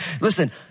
Listen